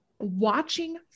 Watching